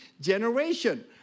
generation